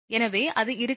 எனவே அது இருக்காது